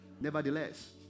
nevertheless